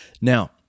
Now